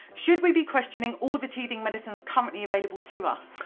should we be questioning all the teething medicines currently available to us.